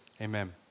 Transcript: amen